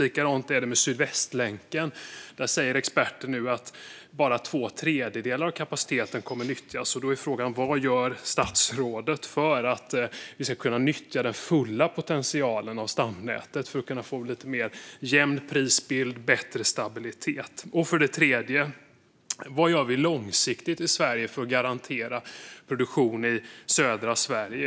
Likadant är det med Sydvästlänken. Där säger experter nu att bara två tredjedelar av kapaciteten kommer att nyttjas. Då är frågan: Vad gör statsrådet för att vi ska kunna nyttja den fulla potentialen av stamnätet och för att vi ska kunna få en lite mer jämn prisbild och bättre stabilitet? Den tredje frågan handlar om vad vi gör långsiktigt i Sverige för att garantera produktion i södra Sverige.